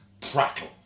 prattle